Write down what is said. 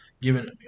given